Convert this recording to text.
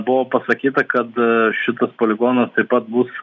buvo pasakyta kad šitas poligonas taip pat bus